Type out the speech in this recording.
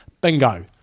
Bingo